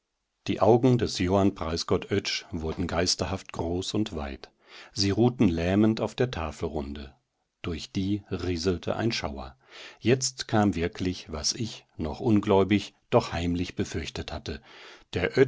die augen des johann preisgott oetsch wurden geisterhaft groß und weit sie ruhten lähmend auf der tafelrunde durch die rieselte ein schauer jetzt kam wirklich was ich noch ungläubig doch heimlich befürchtet hatte der